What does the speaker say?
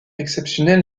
exceptionnel